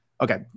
okay